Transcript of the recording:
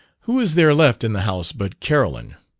who is there left in the house but carolyn?